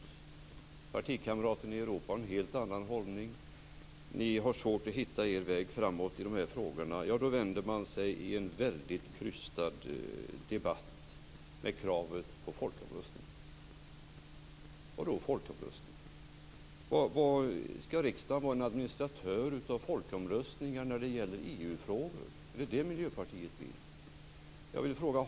Partikamraten i Europa har en helt annan hållning. Ni har svårt att hitta er väg framåt i frågorna. Då lägger ni - i en krystad debatt - fram kravet på folkomröstning. Vad då folkomröstning? Ska riksdagen vara en administratör av folkomröstningar när det gäller EU frågor? Är det det Miljöpartiet vill?